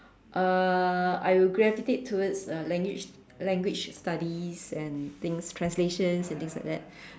uh I will gravitate towards language language studies and things translations and things like that